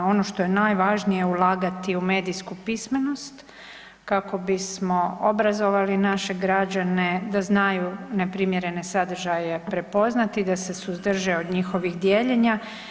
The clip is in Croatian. Ono što je najvažnije ulagati u medijsku pismenost kako bismo obrazovali naše građane da znaju neprimjerene sadržaje prepoznati, da se suzdrže od njihovih dijeljenja.